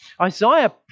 Isaiah